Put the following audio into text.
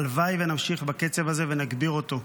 הלוואי שנמשיך בקצב הזה ונגביר אותו.